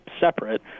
separate